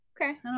Okay